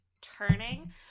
turning